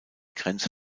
grenze